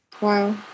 Wow